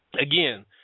again